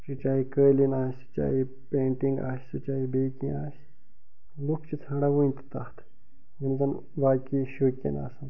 سُہ چاہے قٲلیٖن آسہِ چاہے پیٚنٹِنٛگ آسہِ سُہ چاہے بیٚیہِ کیٚنٛہہ آسہِ لوٗکھ چھِ ژھانٛڈان وُنہِ تہِ تتھ یِم زَن وَاقعی شوقیٖن آسان